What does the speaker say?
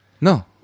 No